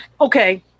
Okay